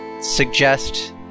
suggest